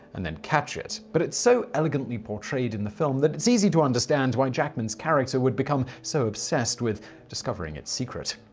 and catch it but it's so elegantly portrayed in the film that it's easy to understand why jackman's character would become so obsessed with discovering its secret.